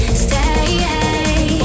stay